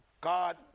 God